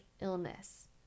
illness